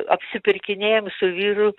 apsipirkinėjam su vyru